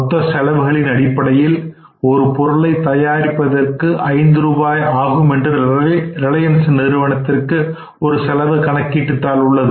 மொத்த செலவுகளின் அடிப்படையில் ஒரு பொருளை தயாரிப்பதற்கு ஐந்து ரூபாய் ஆகும் என ரிலையன்ஸ் நிறுவனத்திற்கு ஒரு செலவு கணக்கீட்டு தாள் உள்ளது